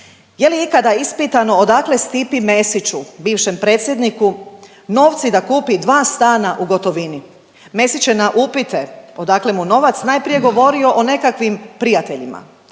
Je li ikada ispitano odakle Stipi Mesiću, bivšem predsjedniku, novci da kupi dva stana u gotovini? Mesić je na upite odakle mu novac najprije govorio o nekakvim prijateljima,